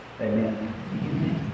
amen